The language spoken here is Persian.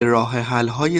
راهحلهای